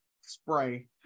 spray